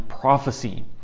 prophecy